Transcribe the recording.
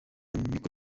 niko